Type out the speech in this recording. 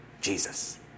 Jesus